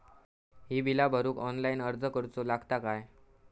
ही बीला भरूक ऑनलाइन अर्ज करूचो लागत काय?